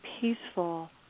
peaceful